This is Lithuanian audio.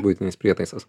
buitinis prietaisas